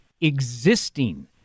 existing